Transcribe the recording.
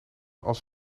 als